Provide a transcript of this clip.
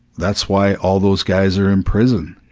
that's why all those guys are in prison,